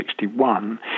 1961